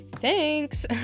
thanks